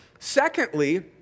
Secondly